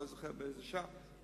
אני לא זוכר באיזו שעה,